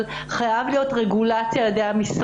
אבל חייבת להיות רגולציה על ידי המשרד.